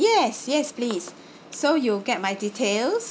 yes yes please so you'll get my details